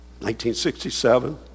1967